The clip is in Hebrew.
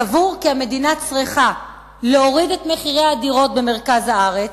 סבור כי המדינה צריכה להוריד את מחירי הדירות במרכז הארץ,